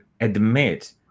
admit